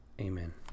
Amen